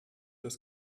das